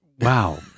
Wow